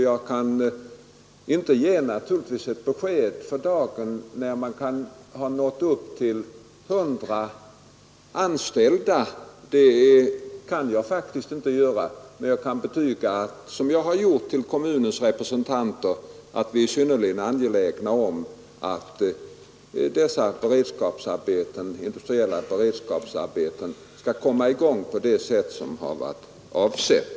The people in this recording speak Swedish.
Jag kan naturligtvis inte för dagen ge något besked om när man kan ha nått upp till 100 anställda, men jag vill betyga — som jag har gjort för kommunens representanter — att vi är synnerligen angelägna om att dessa industriella beredskapsarbeten skall komma i gång på det sätt som har varit avsett.